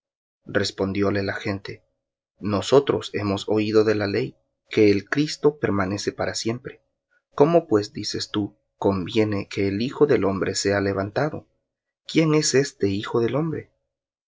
había de morir respondióle la gente nosotros hemos oído de la ley que el cristo permanece para siempre cómo pues dices tú conviene que el hijo del hombre sea levantado quién es este hijo del hombre